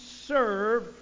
serve